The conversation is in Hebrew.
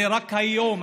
זה רק היום.